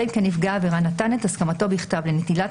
אלא אם כן נפגע העבירה נתן את הסכמתו בכתב לנטילת